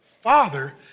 father